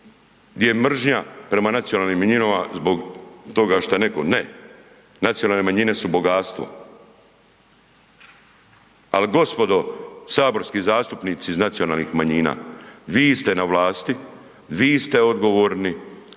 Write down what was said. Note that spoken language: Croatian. gdje je mržnja prema nacionalnim manjinama zbog toga što je neko, ne, nacionalne manjine su bogatstvo ali gospodo saborski zastupnici iz nacionalnih manjina, vi ste na vlasti, vi ste odgovorni,